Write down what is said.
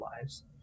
lives